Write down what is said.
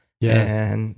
Yes